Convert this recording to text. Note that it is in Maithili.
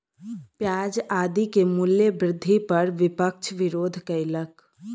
प्याज आदि के मूल्य वृद्धि पर विपक्ष विरोध कयलक